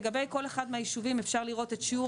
לגבי כל אחד מהישובים אפשר לראות את שיעור